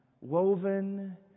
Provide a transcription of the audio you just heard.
woven